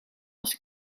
was